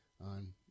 on